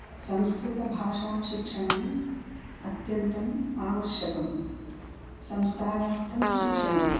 संस्कृतभाषाशिक्षणम् अत्यन्तम् आवश्यकं संस्कारार्थं शिक्षणम्